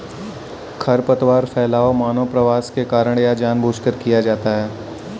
खरपतवार फैलाव मानव प्रवास के कारण या जानबूझकर किया जाता हैं